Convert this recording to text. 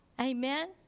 Amen